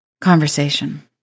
conversation